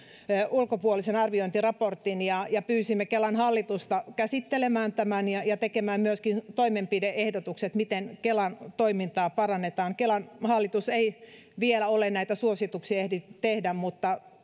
ulkopuolisen arviointiraportin ja ja pyysimme kelan hallitusta käsittelemään tämän ja ja tekemään myöskin toimenpide ehdotukset miten kelan toimintaa parannetaan kelan hallitus ei vielä ole näitä suosituksia ehtinyt tehdä mutta